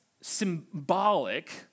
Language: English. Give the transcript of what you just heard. symbolic